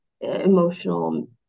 emotional